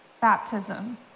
baptism